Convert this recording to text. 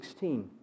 16